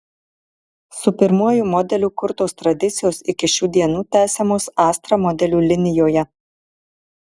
su pirmuoju modeliu kurtos tradicijos iki šių dienų tęsiamos astra modelių linijoje